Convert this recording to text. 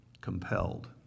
compelled